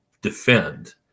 defend